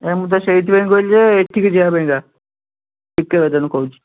ଏ ମୁଁ ତ ସେଇଥିପାଇଁ କହିଲି ଯେ ଏଠିକି ଯିବା ପାଇଁ କା ଟିକେ ରହିଥାନ୍ତୁ ମୁଁ କହୁଛି